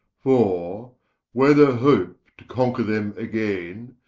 for were there hope to conquer them againe,